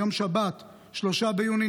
3 ביוני,